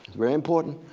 very important.